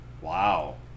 Wow